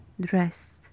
dressed